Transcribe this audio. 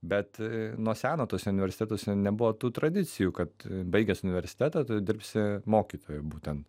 bet nuo seno tuose universitetuose nebuvo tų tradicijų kad baigęs universitetą tu dirbsi mokytoju būtent